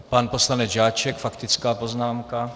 Pan poslanec Žáček, faktická poznámka.